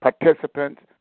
participants